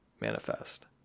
manifest